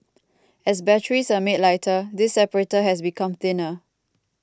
as batteries are made lighter this separator has become thinner